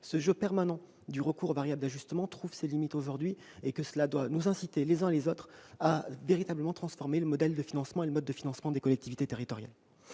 ce jeu permanent du recours aux variables d'ajustement trouve ses limites aujourd'hui. Cela doit nous inciter les uns et les autres à transformer le modèle et le mode de financement des collectivités territoriales.